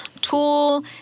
tool